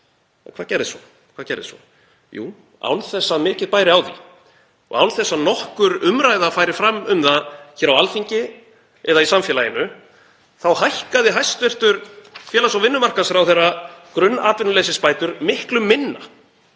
við það. Hvað gerðist svo? Jú, án þess að mikið bæri á því, og án þess að nokkur umræða færi fram um það hér á Alþingi eða í samfélaginu, þá hækkaði hæstv. félags- og vinnumarkaðsráðherra grunnatvinnuleysisbætur miklu minna,